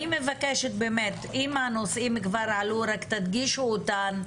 אני מברכת על הדיון החשוב הזה.